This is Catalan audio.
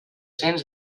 cents